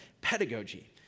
pedagogy